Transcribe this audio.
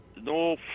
no